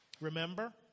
Remember